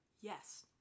yes